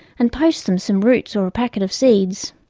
and post them some roots or a packet of seeds.